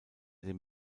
den